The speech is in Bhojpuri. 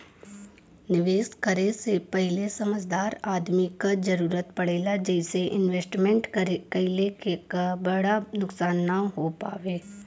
निवेश करे से पहिले समझदार आदमी क जरुरत पड़ेला जइसे इन्वेस्टमेंट कइले क बड़ा नुकसान न हो पावे